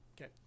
okay